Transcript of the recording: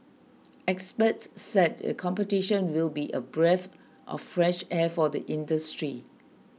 experts said the competition will be a breath of fresh air for the industry